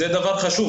זה דבר חשוב.